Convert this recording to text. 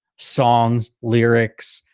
songs, lyrics,